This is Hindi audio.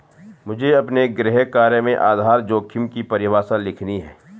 मुझे अपने गृह कार्य में आधार जोखिम की परिभाषा लिखनी है